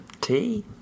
Tea